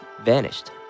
vanished